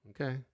Okay